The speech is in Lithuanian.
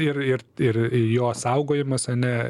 ir ir ir jo saugojimas ane